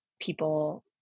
people